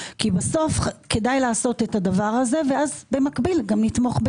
כי בסוף כדאי לעשות את זה ובמקביל נתמוך בתיקון מקצועי.